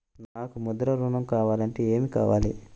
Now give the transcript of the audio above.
నాకు ముద్ర ఋణం కావాలంటే ఏమి కావాలి?